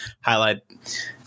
highlight